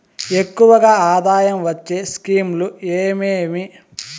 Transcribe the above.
ఎక్కువగా ఆదాయం వచ్చే స్కీమ్ లు ఏమేమీ?